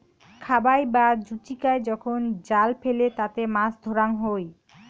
খাবাই বা জুচিকায় যখন জাল ফেলে তাতে মাছ ধরাঙ হই